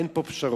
אין פה פשרות.